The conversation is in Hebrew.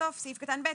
סעיף קטן (ב),